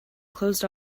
closed